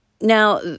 now